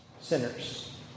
sinners